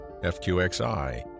FQXI